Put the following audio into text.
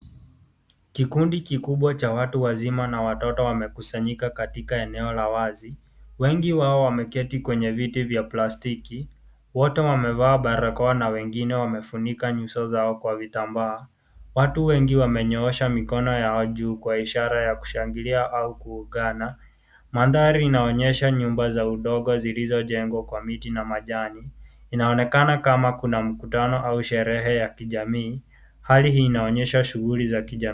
Kikundi kikubwa cha watu wazima na watoto wamekusanyika katika eneo la wazi. Wengi wao wameketi kwenye viti vya plastiki. Wote wamevaa barakoa na wengine wamefunika nyuso zao kwa vitambaa. Watu wengi wamenyoosha mikono yao juu kwa ishara ya kushangilia au kuungana. Mandhari inaonyesha nyumba za udongo zilizojengwa kwa miti na majani. Inaonekana kama kuna mkutano au sherehe ya kijamii. Hali hii inaonyesha shuguli za kijamii.